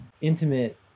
intimate